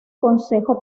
consejo